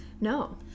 No